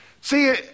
See